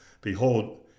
Behold